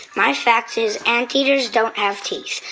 my facts is anteaters don't have teeth.